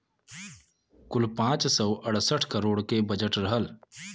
कुल पाँच सौ अड़सठ करोड़ के बजट रहल